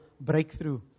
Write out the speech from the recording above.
breakthrough